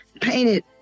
painted